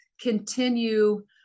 continue